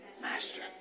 Master